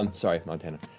um sorry, montana.